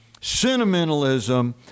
sentimentalism